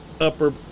upper